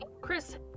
Chris